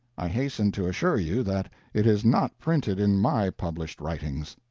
i hasten to assure you that it is not printed in my published writings.